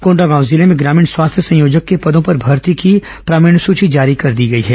कोंडागांव जिले में ग्रामीण स्वास्थ्य संयोजक के पदों पर भर्ती की प्रावीण्य सूची जारी कर दी गई है